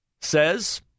says